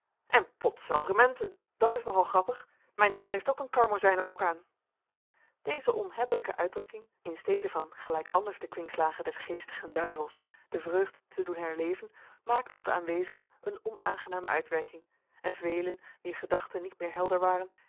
en pots seldrementen dat is nog al grappig mijn heer heeft ook een karmozijnen rok aan deze onhebbelijke uitdrukking in stede van gelijk anders de kwinkslagen des geestigen duivels de vreugd te doen herleven maakte op de aanwezigen een onaangename uitwerking en velen wier gedachten niet meer helder waren